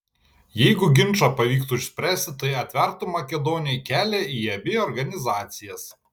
jeigu ginčą pavyktų išspręsti tai atvertų makedonijai kelią į abi organizacijas